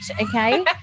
okay